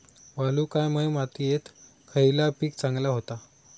वालुकामय मातयेत खयला पीक चांगला होता?